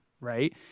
right